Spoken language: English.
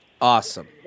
Awesome